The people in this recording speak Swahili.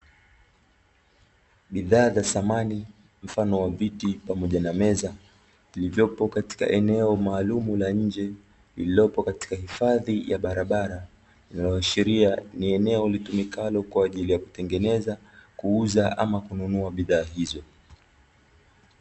Bidhaa za samani mfano wa viti pamoja na meza, vilivyopo katika eneo maalumu la nje, lililopo katika hifadhi ya barabara. Linaloashiria ni eneo litumikalo kwa ajili ya kutengeneza kuuza ama kununua bidhaa hizo.